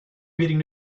meeting